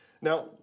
Now